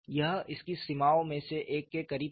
यह इसकी सीमाओं में से एक के करीब था